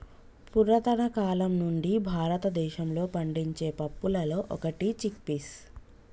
పురతన కాలం నుండి భారతదేశంలో పండించే పప్పులలో ఒకటి చిక్ పీస్